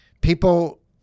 people